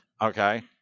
Okay